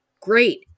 Great